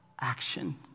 Action